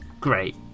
Great